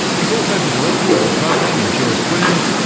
he's also the director of the program in jurisprudence,